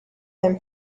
than